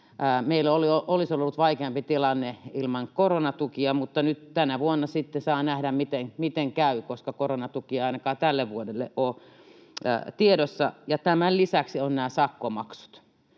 Meillä olisi ollut vaikeampi tilanne ilman koronatukia, mutta nyt tänä vuonna sitten saa nähdä, miten käy, koska koronatukia ei ainakaan tälle vuodelle ole tiedossa. Ja tämän lisäksi ovat nämä sakkomaksut.